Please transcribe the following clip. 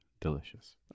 delicious